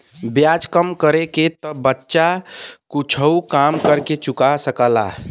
ब्याज कम रहे तो बच्चा कुच्छो काम कर के चुका सकला